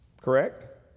correct